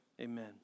Amen